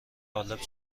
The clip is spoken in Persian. قالب